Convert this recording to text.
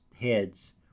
heads